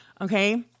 Okay